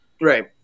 right